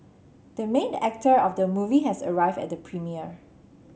the main actor of the movie has arrived at the premiere